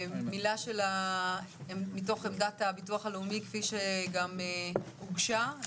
מילה מעמדת הביטוח הלאומי, כפי שגם הוגשה.